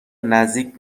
نزدیک